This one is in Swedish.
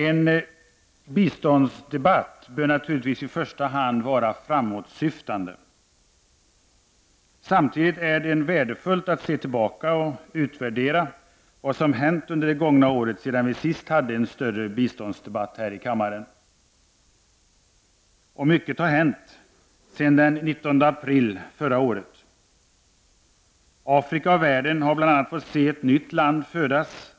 Herr talman! En biståndsdebatt bör naturligtvis i första hand vara framåtsyftande. Samtidigt är det värdefullt att se tillbaka och utvärdera vad som hänt under det gångna året sedan vi sist hade en större biståndsdebatt här i kammaren. Mycket har hänt sedan den 19 april förra året. Afrika och världen i övrigt har fått se ett nytt land födas,